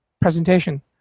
presentation